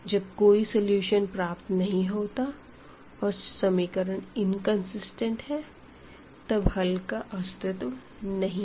जब कोई हल प्राप्त नहीं होता और इक्वेशन इनकंसिस्टेंट है तब हल का अस्तित्व नहीं है